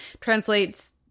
translates